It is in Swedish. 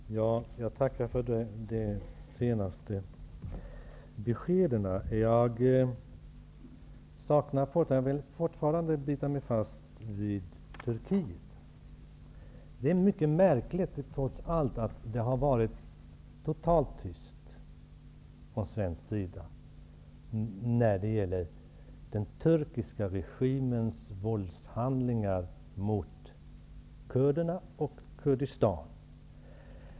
Herr talman! Jag tackar för de senaste beskeden. Jag vill fortfarande bita mig fast vid händelserna i Turkiet. Det är trots allt mycket märkligt att det har varit totalt tyst från svensk sida när det gäller den turkiska regimens våldshandlingar mot kurderna och Kurdistan.